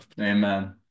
Amen